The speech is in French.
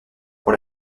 pour